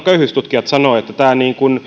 köyhyystutkijat sanovat että tämä